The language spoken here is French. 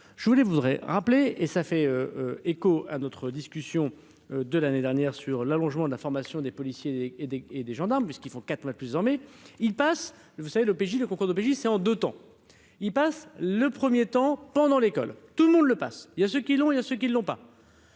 je voulais rappeler et ça fait écho à notre discussion de l'année dernière sur l'allongement de la formation des policiers et des et des gendarmes, puisqu'il faut. 4 mois plus en mai, il passe, vous savez le PJ le Concorde pays c'est en 2 temps, il passe le premier temps pendant l'école tout le monde le passe, il y a ceux qui l'ont, il y a ceux qui ne l'ont pas.